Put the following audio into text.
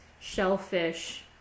shellfish